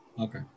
Okay